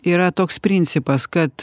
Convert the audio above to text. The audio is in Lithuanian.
yra toks principas kad